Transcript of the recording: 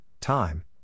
time